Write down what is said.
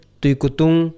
tuikutung